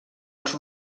els